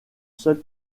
seule